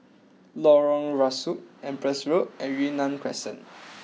Lorong Rusuk Empress Road and Yunnan Crescent